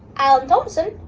alan thompson,